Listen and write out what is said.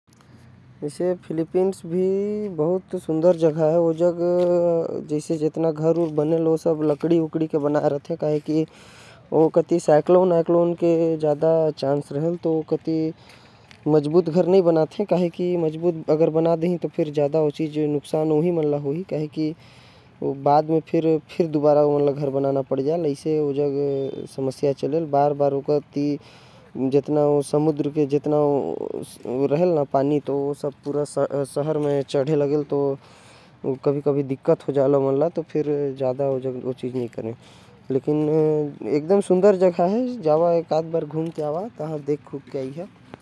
फिलिपींस भी बहुते सुघर जगह हवे। वहा के घर लकड़ी के बने होथे। काबर की वहा चक्रवात के डर होथे। अगर ओमन मजबूत घर बनाही तो ओमन के बाद म समस्या। होही काबर की वहा इतना चक्रवात आथे। की घर मन बर्बाद हो सकत हवे। बाकी बढ़िया देश हवे घूमे बर जा सकत हवे।